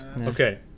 Okay